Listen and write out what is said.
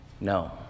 No